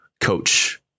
coach